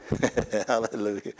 Hallelujah